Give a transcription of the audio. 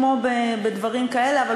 כמו בדברים כאלה?